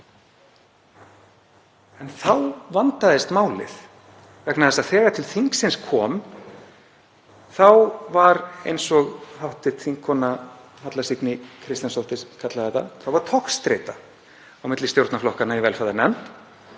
En þá vandaðist málið vegna þess að þegar til þingsins kom þá var, eins og hv. þingkona Halla Signý Kristjánsdóttir kallaði þetta, togstreita á milli stjórnarflokkanna í velferðarnefnd,